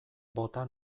bota